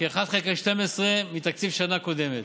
אחד חלקי שתים עשרה מתקציב השנה הקודמת.